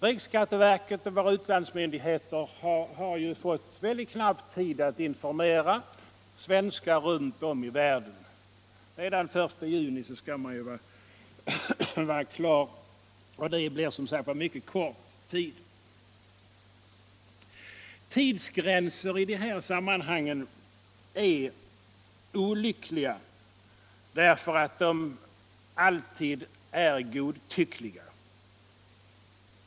Riksskatteverket och våra utlandsmyndigheter har fått väldigt knapp tid att informera svenskar runt om i världen. Ansökan om att bli upptagen i särskild röstlängd skall ju vara inne den 1 juni. Tidsgränser i de här sammanhangen är olyckliga därför att de alltid är godtyckliga.